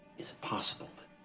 is it possible that.